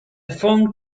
phone